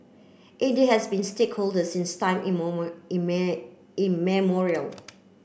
India has been stakeholder since time immemorial